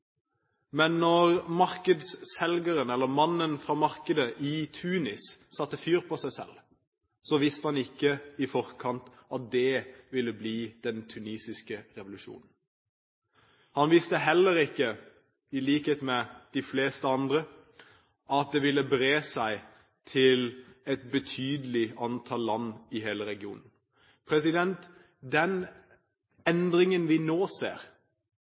mannen fra markedet i Tunis satte fyr på seg selv, visste han ikke i forkant at det ville bli den tunisiske revolusjon. Han visste heller ikke, i likhet med de fleste andre, at det ville bre seg til et betydelig antall land i hele regionen. Den endringen vi nå ser,